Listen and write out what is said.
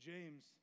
James